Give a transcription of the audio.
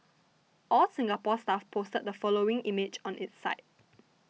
All Singapore Stuff posted the following image on its site